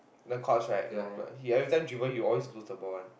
the courts right you know he every time dribble he always lose the ball one